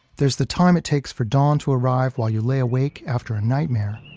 there's the time it takes for dawn to arrive while you lay awake after a nightmare,